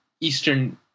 Eastern